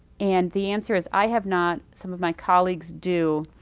and the answer is i have not some of my colleagues do,